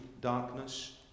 darkness